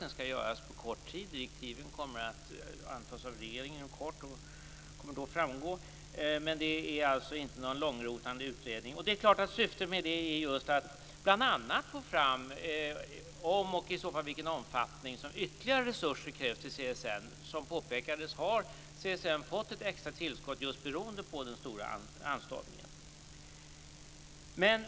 Den skall göras på kort tid. Direktiven kommer att antas av regeringen inom kort, och det kommer då att framgå vilka de är. Det är alltså inte någon långrotande utredning. Syftet med det är just att bl.a. få fram om, och i så fall i vilken omfattning, ytterligare resurser krävs till CSN. Som påpekades har CSN fått ett extra tillskott beroende på just den stora anstormningen.